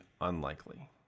unlikely